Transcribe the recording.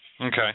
Okay